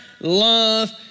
love